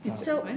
so. and